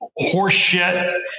horseshit